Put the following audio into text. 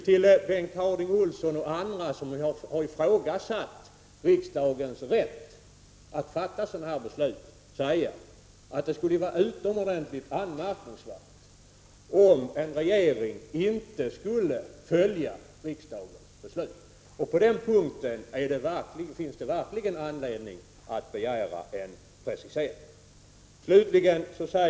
Till Bengt Harding Olson och andra som har ifrågasatt riksdagens rätt att fatta sådana här beslut vill jag säga att det skulle vara utomordentligt anmärkningsvärt om en regering inte skulle följa riksdagens beslut. På den punkten finns det verkligen anledning att begära en precisering.